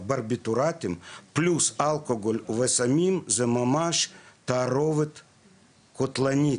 וברביטורטיים פלוס אלכוהול וסמים זו ממש תערובת קטלנית.